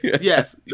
Yes